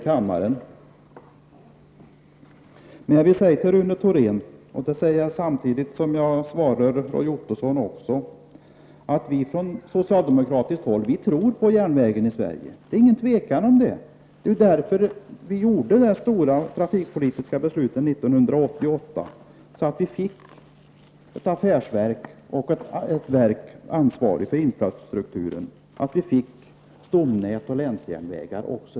Jag vill säga till Rune Thorén och även till Roy Ottosson att vi från socialdemokratiskt håll tror på järnvägen i Sverige. Det är inget tvivel om den saken. Det var därför som vi fattade det stora trafikpolitiska beslutet 1988, genom vilket vi fick ett affärsverk och ett verk med ansvar för infrastrukturen, stomnät och länsjärnvägar.